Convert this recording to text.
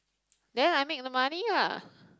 then I make the money lah